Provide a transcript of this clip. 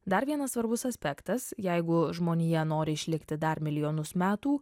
dar vienas svarbus aspektas jeigu žmonija nori išlikti dar milijonus metų